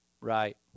Right